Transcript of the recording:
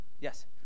yes